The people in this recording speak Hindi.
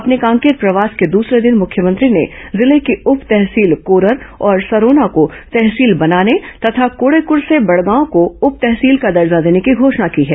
अपने कांकेर प्रवास के दूसरे दिन मुख्यमंत्री ने जिले की उप तहसील कोरर और सरोना को तहसील बनाने तथा कोडेकर्से बडगांव को उप तहसील का दर्जा देने की घोषणा की है